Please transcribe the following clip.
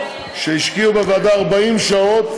שהשקיעו בוועדה 40 שעות.